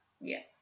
Yes